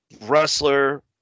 wrestler